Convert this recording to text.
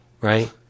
right